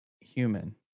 human